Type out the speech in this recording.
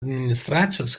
administracijos